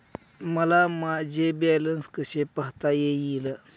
मला माझे बॅलन्स कसे पाहता येईल?